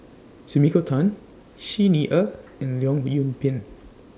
Sumiko Tan Xi Ni Er and Leong Yoon Pin